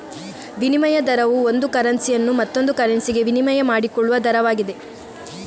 ವಿನಿಮಯ ದರವು ಒಂದು ಕರೆನ್ಸಿಯನ್ನು ಮತ್ತೊಂದು ಕರೆನ್ಸಿಗೆ ವಿನಿಮಯ ಮಾಡಿಕೊಳ್ಳುವ ದರವಾಗಿದೆ